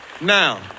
now